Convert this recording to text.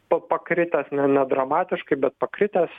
pa pakritęs ne nedramatiškai bet pakritęs